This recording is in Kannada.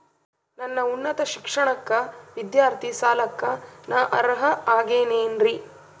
ನನ್ನ ಉನ್ನತ ಶಿಕ್ಷಣಕ್ಕ ವಿದ್ಯಾರ್ಥಿ ಸಾಲಕ್ಕ ನಾ ಅರ್ಹ ಆಗೇನೇನರಿ?